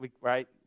right